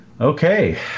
okay